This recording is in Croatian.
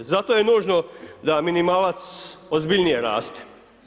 Zato je nužno da minimalac ozbiljnije raste.